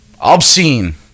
obscene